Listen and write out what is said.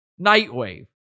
Nightwave